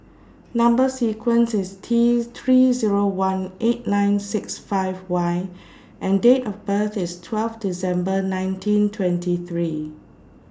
Number sequence IS T three Zero one eight nine six five Y and Date of birth IS twelve December nineteen twenty three